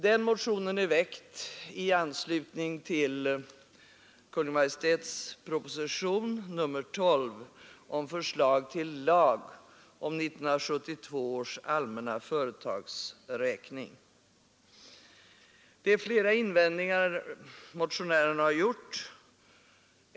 Den motionen är väckt i anslutning till Kungl. Maj:ts proposition nr 12 med förslag till lag om 1972 års allmänna företagsräkning. Det är flera invändningar som motionärerna har gjort.